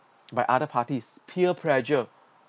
by other parties peer pressure